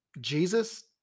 Jesus